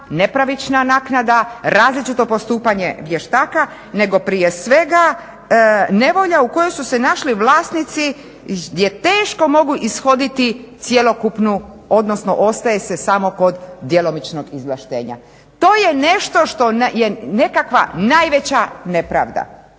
nepravična naknada, različito postupanje vještaka nego prije svega nevolja u kojoj su se našli vlasnici gdje teško mogu ishoditi cjelokupnu, odnosno ostaje se samo kod djelomičnog izvlaštenja. To je nešto što je nekakva najveća nepravda